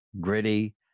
gritty